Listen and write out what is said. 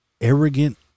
arrogant